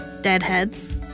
Deadheads